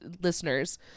listeners